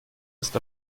ist